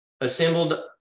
assembled